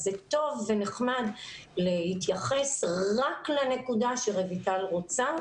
אז זה טוב ונחמד להתייחס רק לנקודה שרויטל רוצה.